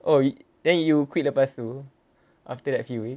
oh then you quit lepas tu after that few week